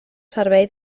servei